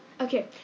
Okay